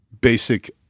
basic